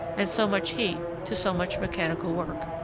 and so much heat to so much mechanical work.